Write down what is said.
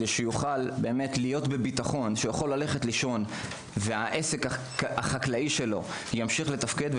על מנת שהוא יוכל ללכת לישון בביטחון שהעסק החקלאי שלו ימשיך לתפקד.